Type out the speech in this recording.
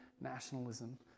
nationalism